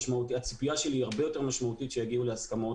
הציפייה שלי היא הרבה יותר משמעותית שיגיעו להסכמות.